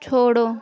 छोड़ो